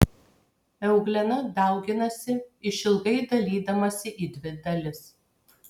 euglena dauginasi išilgai dalydamasi į dvi dalis